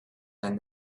and